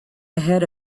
ahead